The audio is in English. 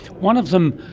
one of them,